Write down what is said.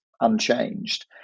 unchanged